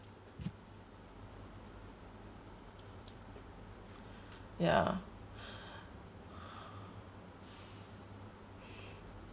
ya